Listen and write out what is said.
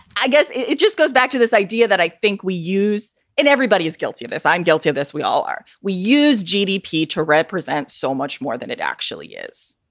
i guess it just goes back to this idea that i think we use it. everybody is guilty of this. i'm guilty of this. we all are. we use gdp to represent so much more than it actually is.